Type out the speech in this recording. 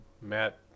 Matt